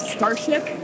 Starship